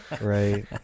Right